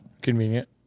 Convenient